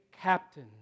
captain